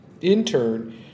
intern